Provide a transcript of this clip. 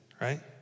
right